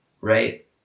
right